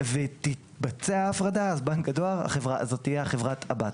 ותתבצע הפרדה אז בנק הדואר תהיה חברת הבת.